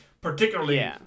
particularly